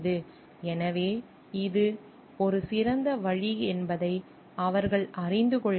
எனவே இது ஒரு சிறந்த வழி என்பதை அவர்கள் அறிந்துகொள்வது